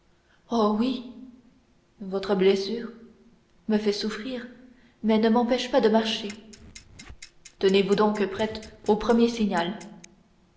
oh oui votre blessure me fait souffrir mais ne m'empêche pas de marcher tenez-vous donc prête au premier signal